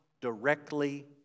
directly